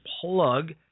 plug